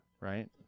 Right